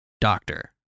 Doctor